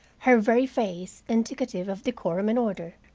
her very face indicative of decorum and order,